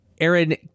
Aaron